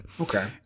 Okay